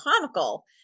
comical